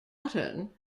pattern